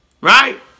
Right